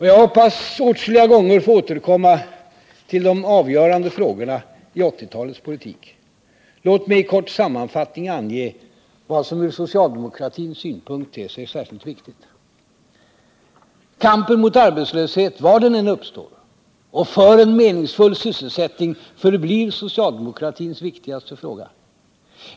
Jag hoppas att åtskilliga gånger få återkomma till de avgörande frågorna i 1980-talets politik. Låt mig i kort sammanfattning ange vad som ur socialdemokratisk synpunkt ter sig som särskilt viktigt. Kampen mot arbetslöshet, var den än uppstår, och för en meningsfull sysselsättning, förblir socialdemokratins viktigaste fråga.